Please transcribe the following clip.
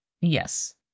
Yes